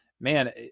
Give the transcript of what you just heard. man